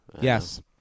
yes